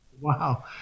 Wow